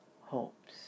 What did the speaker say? hopes